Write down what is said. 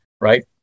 right